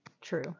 True